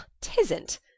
Tisn't